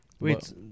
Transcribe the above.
Wait